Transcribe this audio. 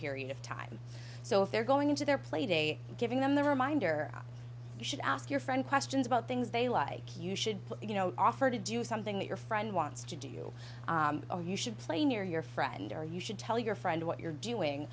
period of time so if they're going into their play day giving them the reminder you should ask your friend questions about things they like you should you know offer to do something that your friend wants to do you know you should play near your friend or you should tell your friend what you're doing